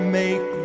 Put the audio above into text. make